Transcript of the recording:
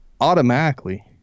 automatically